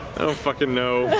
i don't fucking know. but